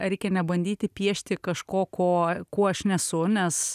reikia nebandyti piešti kažko ko kuo aš nesu nes